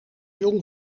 jong